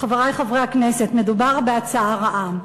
חברי חברי הכנסת, מדובר בהצעה רעה.